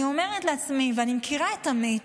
אני מכירה את עמית,